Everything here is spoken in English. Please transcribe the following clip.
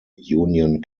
union